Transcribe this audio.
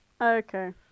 Okay